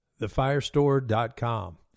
TheFireStore.com